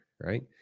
Right